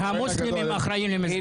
------ המוסלמים אחראים על מסגד אל-אקצא.